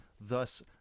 thus